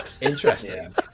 Interesting